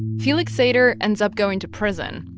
felix sater ends up going to prison,